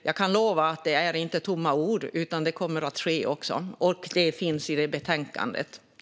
Jag kan lova att det inte är tomma ord utan att det kommer att ske. Det finns även med i betänkandet.